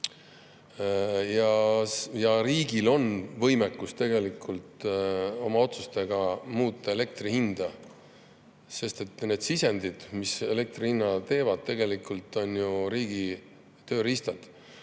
ja riigil on võimekus oma otsustega muuta elektri hinda, sest sisendid, mis elektri hinna teevad, on tegelikult ju riigi tööriistad.